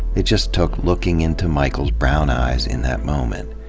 it just took looking into michael's brown eyes in that moment.